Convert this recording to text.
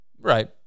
Right